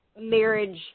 marriage